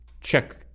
check